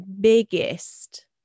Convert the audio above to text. biggest